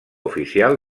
oficial